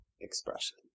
expression